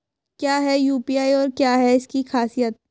क्या है यू.पी.आई और क्या है इसकी खासियत?